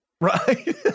Right